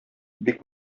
бик